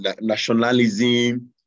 nationalism